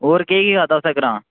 होर केह् केह् खाद्धा तुसें ग्रां